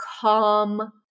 calm